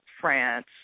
France